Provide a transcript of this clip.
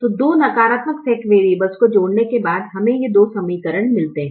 तो दो नकारात्मक स्लैक वेरियब्लेस को जोड़ने के बाद हमें ये दो समीकरण मिलते हैं